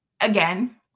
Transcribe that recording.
again